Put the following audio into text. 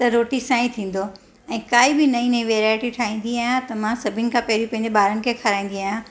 त रोटी सां ई थींदो ऐं काई बि नईं नईं वैरायटी ठाहींदी आहियां त मां सभिनि खां पहिरीं पंहिंजे ॿारनि खे खाराईंदी आहियां